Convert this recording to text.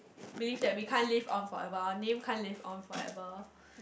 believe that we can't live on forever our name can't live on forever